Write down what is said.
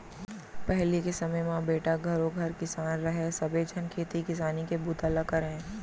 पहिली के समे म बेटा घरों घर किसान रहय सबे झन खेती किसानी के बूता ल करयँ